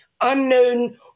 unknown